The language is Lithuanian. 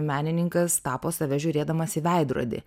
menininkas tapo save žiūrėdamas į veidrodį